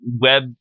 web